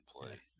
play